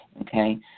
okay